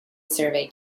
survey